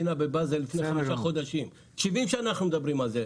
70 שנה אנחנו מדברים על זה.